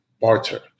barter